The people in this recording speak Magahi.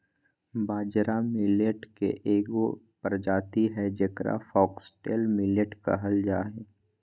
बाजरा मिलेट के एगो प्रजाति हइ जेकरा फॉक्सटेल मिलेट कहल जा हइ